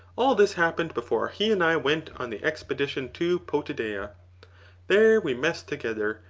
all this happened before he and i went on the expedition to potidaea there we messed together,